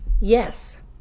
Yes